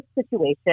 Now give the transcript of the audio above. situation